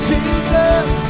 Jesus